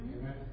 Amen